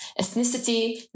ethnicity